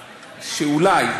שאולי,